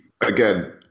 again